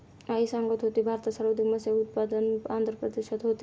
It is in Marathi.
आई सांगत होती, भारतात सर्वाधिक मत्स्य उत्पादन आंध्र प्रदेशात होते